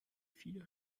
vier